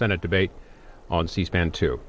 senate debate on c span to